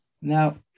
Now